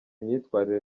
imyitwarire